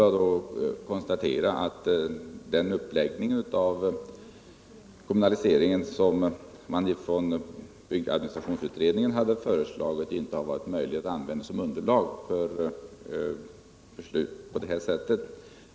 Jag vill då bara konstatera att den uppläggning av kommunaliseringen som byggadministrationsutredningen har föreslagit inte har varit möjlig att använda som underlag för beslut.